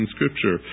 Scripture